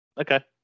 Okay